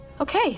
Okay